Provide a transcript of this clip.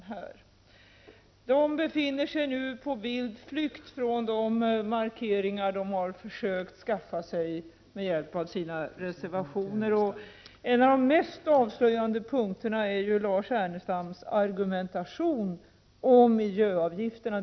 De borgerliga befinner sig nu på vild flykt från de markeringar som de har försökt skaffa sig med hjälp av sina reservationer. En av de mest avslöjande punkterna är Lars Ernestams argumentation om miljöavgifterna.